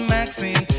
Maxine